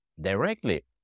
directly